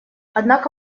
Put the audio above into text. однако